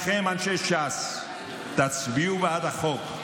לכם, אנשי ש"ס, תצביעו בעד החוק.